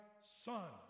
son